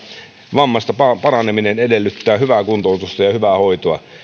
vammasta paraneminen edellyttää ensimmäisten kuukausien aikana hyvää kuntoutusta ja hyvää hoitoa